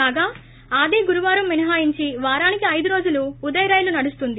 కాగా ఆది గురువారం మినహాయించి వారానికి ఐదు రోజులు ఉదయ్ రైలు నడుస్తుంది